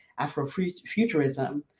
Afrofuturism